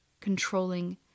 controlling